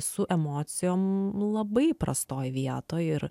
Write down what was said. su emocijom labai prastoj vietoj ir